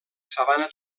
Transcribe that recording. sabana